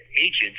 agents